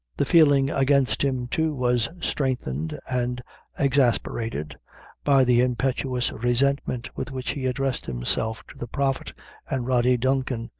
the feeling against him too was strengthened and exasperated by the impetuous resentment with which he addressed himself to the prophet and rody duncan,